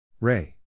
Ray